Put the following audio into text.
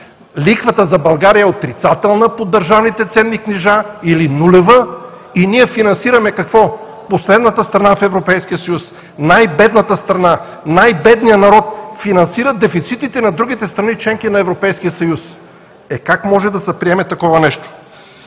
Лихвата за България е отрицателна по държавните ценни книжа или нулева. И ние финансираме – какво? Последната страна в Европейския съюз, най-бедната страна, най-бедният народ финансира дефицитите на другите страни – членки на Европейския съюз, е, как може да се приеме такова нещо?